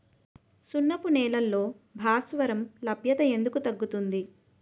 సున్నపు నేలల్లో భాస్వరం లభ్యత ఎందుకు తగ్గుతుంది?